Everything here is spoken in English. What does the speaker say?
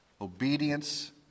obedience